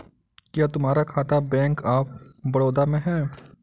क्या तुम्हारा खाता बैंक ऑफ बड़ौदा में है?